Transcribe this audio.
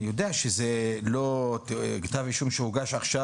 אני יודע שזה לא כתב אישום שהוגש עכשיו,